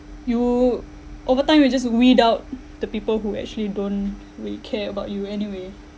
you over time you just weed out the people who actually don't really care about you anyway